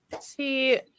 See